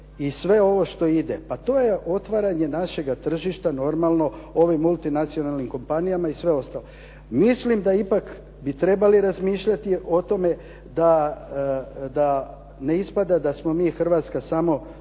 i sve ovo što ide, pa to je otvaranje našega tržišta normalno, ove multinacionalnim kompanijama i sve ostalo. Mislim da ipak bi trebali razmišljati o tome da ne ispada da smo mi Hrvatska samo